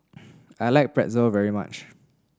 I like Pretzel very much